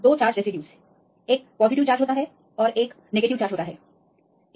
दो charge residues एक का धनात्मक आवेश होता है एक का ऋणात्मक आवेश होता है